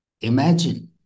imagine